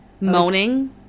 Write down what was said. Moaning